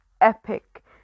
epic